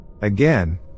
Again